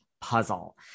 puzzle